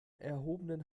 erhobenen